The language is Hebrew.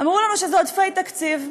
אמרו לנו שאלו עודפי תקציב,